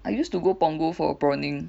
I used to go Punggol for prawning